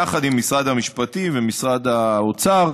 יחד עם משרד המשפטים ומשרד האוצר,